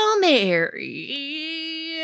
Mary